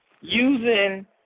using